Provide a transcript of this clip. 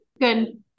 Good